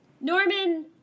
norman